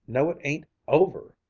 no, it ain't over!